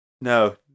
No